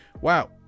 Wow